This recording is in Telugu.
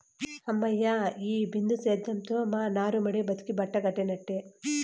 హమ్మయ్య, ఈ బిందు సేద్యంతో మా నారుమడి బతికి బట్టకట్టినట్టే